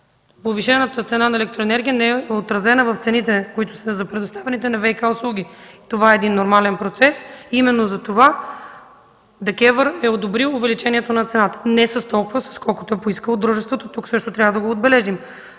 повишената цена на електроенергия не е отразена в цените, които са за предоставяне на ВиК услуги. Това е един нормален процес и именно затова ДКЕВР е одобрила увеличението на цената и то не с толкова, колкото е поискало дружеството – това също трябва да го отбележим.